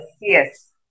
yes